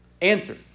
Answer